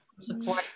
support